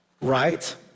right